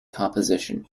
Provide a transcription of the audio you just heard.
composition